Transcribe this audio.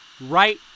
Right